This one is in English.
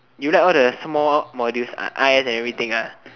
you like all the small modules i_s and everything ah